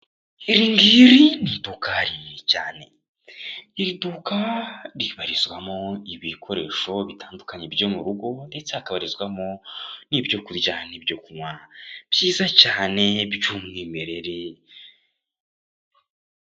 Iri ngiri ni iduka rinini cyane. Iri duka ribarizwamo ibikoresho bitandukanye byo mu rugo ndetse hakabarizwamo n'ibyo kurya n'ibyo kunywa byiza cyane, by'umwimerere